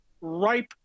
ripe